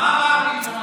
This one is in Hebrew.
מה אמרתי?